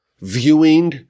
viewing